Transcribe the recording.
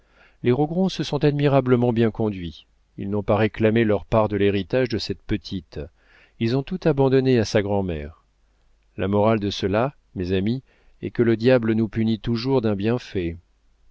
les rogron se sont admirablement bien conduits ils n'ont pas réclamé leur part de l'héritage de cette petite ils ont tout abandonné à sa grand'mère la morale de cela mes amis est que le diable nous punit toujours d'un bienfait